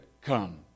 come